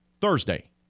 Thursday